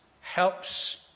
helps